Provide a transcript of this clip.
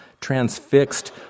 Transfixed